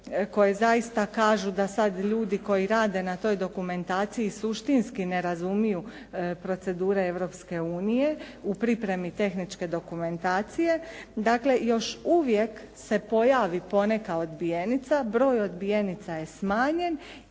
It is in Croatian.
koje zaista kažu da sada ljudi koji rade na toj dokumentaciji suštinski ne razumiju procedure Europske unije, u pripremi tehničke dokumentacije. Dakle, još uvijek se pojavi poneka odbijenica. Broj odbijenica je smanjen